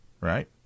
right